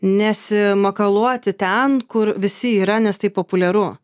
nesimakaluoti ten kur visi yra nes tai populiaru